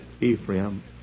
Ephraim